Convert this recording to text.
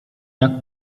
jak